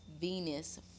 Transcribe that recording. Venus